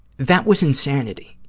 that was insanity,